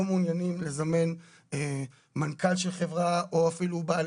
לא מעוניינים לזמן מנכ"ל של חברה או אפילו בעל